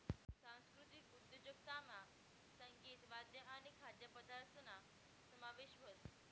सांस्कृतिक उद्योजकतामा संगीत, वाद्य आणि खाद्यपदार्थसना समावेश व्हस